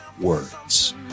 words